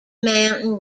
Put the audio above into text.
mountain